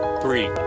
three